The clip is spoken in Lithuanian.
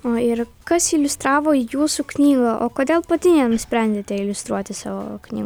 o ir kas iliustravo jūsų knygą o kodėl pati nenusprendėte iliustruoti savo knygo